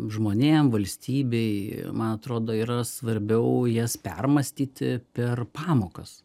žmonėm valstybei man atrodo yra svarbiau jas permąstyti per pamokas